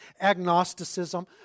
agnosticism